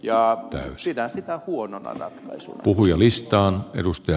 pidän sitä huonona ratkaisuna